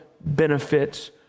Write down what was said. benefits